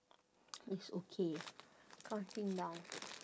it's okay counting down